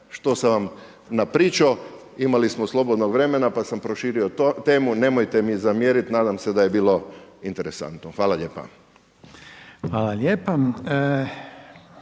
što sam vam napričao, imali smo slobodnog vremena pa sam proširio temu, nemojte mi zamjeriti, nadam se da je bilo interesantno. Hvala lijepa. **Reiner,